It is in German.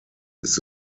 ist